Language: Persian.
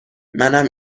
منم